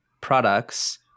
products